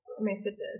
messages